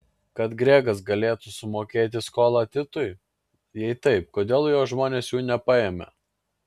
kad gregas galėtų sumokėti skolą titui jei taip kodėl jo žmonės jų nepaėmė